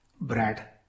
Brad